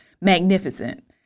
Magnificent